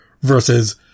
versus